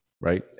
Right